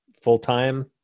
full-time